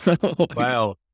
Wow